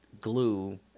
glue